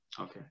Okay